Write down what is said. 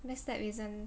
backstab reason